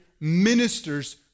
ministers